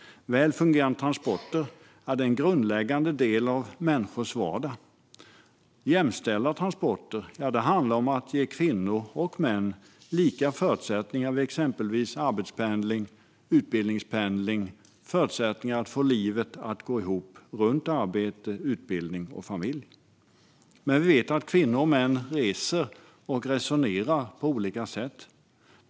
Väl fungerande transporter är en grundläggande del av människors vardag. Jämställda transporter handlar om att ge kvinnor och män lika förutsättningar vid exempelvis arbets och utbildningspendling och att de har samma förutsättningar att få livet att gå ihop runt arbete, utbildning och familj. Vi vet dock att kvinnor och män reser och resonerar på olika sätt.